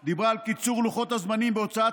אילת שקד דיברה על קיצור לוחות הזמנים בהוצאת